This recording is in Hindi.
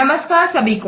नमस्कार सभी को